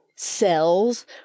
cells